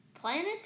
Planet